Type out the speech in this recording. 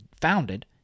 founded